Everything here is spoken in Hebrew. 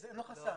זה לא חסם.